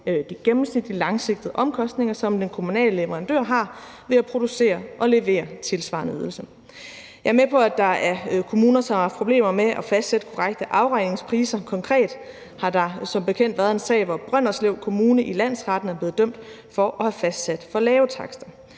de gennemsnitlige langsigtede omkostninger, som den kommunale leverandør har ved at producere og levere tilsvarende ydelser. Jeg er med på, at der er kommuner, som har haft problemer med at fastsætte korrekte afregningspriser. Konkret har der som bekendt været en sag, hvor Brønderslev Kommune i landsretten er blevet dømt for at have fastsat for lave takster.